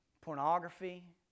pornography